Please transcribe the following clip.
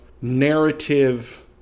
narrative